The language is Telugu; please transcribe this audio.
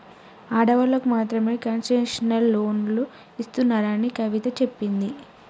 ఆడవాళ్ళకు మాత్రమే కన్సెషనల్ లోన్లు ఇస్తున్నారని కవిత చెప్పింది